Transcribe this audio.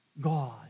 God